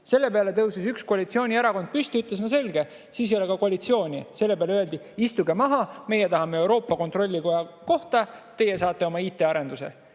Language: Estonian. Selle peale tõusis üks koalitsioonierakond püsti ja ütles: "No selge, siis ei ole ka koalitsiooni." Selle peale öeldi: "Istuge maha. Meie tahame Euroopa Kontrollikoja kohta, teie saate oma IT-arenduse."